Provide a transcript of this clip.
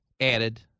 added